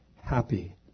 Happy